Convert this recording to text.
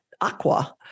aqua